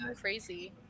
crazy